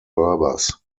berbers